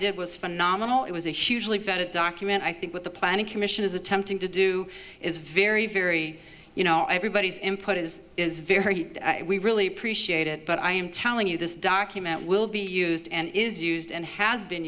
did was phenomenal it was a hugely vetted document i think with the planning commission is attempting to do is very very you know everybody's input is is very we really appreciate it but i am telling you this document will be used and is used and has been